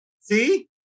See